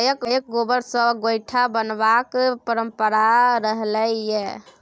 गायक गोबर सँ गोयठा बनेबाक परंपरा रहलै यै